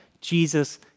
Jesus